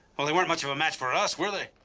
well, they weren't much of a match for us, were they?